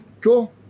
cool